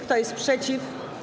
Kto jest przeciw?